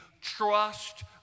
trust